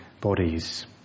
bodies